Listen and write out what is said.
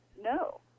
no